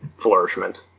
flourishment